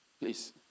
Please